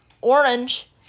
Orange